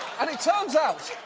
and it turns out,